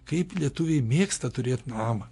kaip lietuviai mėgsta turėt namą